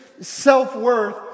self-worth